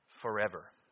forever